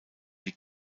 die